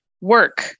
work